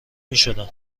میشدن